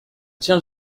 tiens